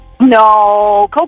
No